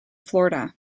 florida